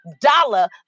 dollar